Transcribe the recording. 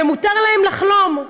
ומותר להם לחלום.